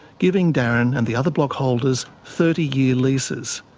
giving darren and the other block holders thirty year leases.